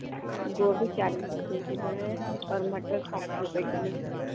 گوبھی چالیس روپے کلو ہے اور مٹر ساٹھ روپیے کلو